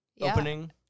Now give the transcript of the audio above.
opening